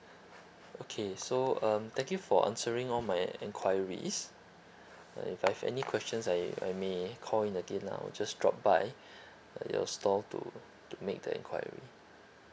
okay so um thank you for answering all my enquiries uh if I have any questions I I may I call in again lah or just drop by your store to make that enquiry